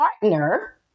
partner